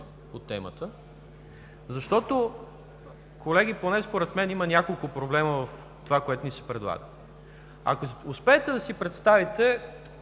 по темата. Защото, колеги, поне според мен има няколко проблема в това, което ни се предлага. Ако успеете да си представите